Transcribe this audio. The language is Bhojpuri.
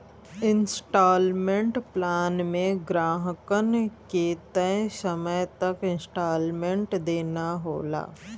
इन्सटॉलमेंट प्लान में ग्राहकन के तय समय तक इन्सटॉलमेंट देना होला